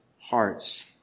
hearts